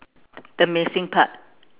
the missing part